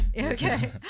Okay